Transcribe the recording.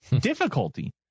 difficulty